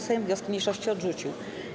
Sejm wnioski mniejszości odrzucił.